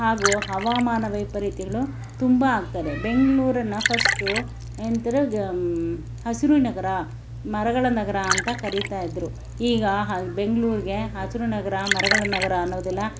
ಹಾಗೂ ಹವಾಮಾನ ವೈಪರೀತ್ಯಗಳು ತುಂಬ ಆಗ್ತದೆ ಬೆಂಗಳೂರನ್ನ ಫಸ್ಟು ಎಂತ್ರು ಹಸಿರು ನಗರ ಮರಗಳ ನಗರ ಅಂತ ಕರೀತಾ ಇದ್ದರು ಈಗ ಹಾ ಬೆಂಗ್ಳೂರಿಗೆ ಹಸಿರು ನಗರ ಮರಗಳ ನಗರ ಅನ್ನೋದೆಲ್ಲ